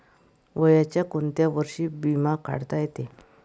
वयाच्या कोंत्या वर्षी बिमा काढता येते?